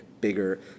bigger